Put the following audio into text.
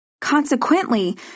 Consequently